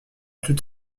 tout